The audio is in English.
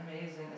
amazing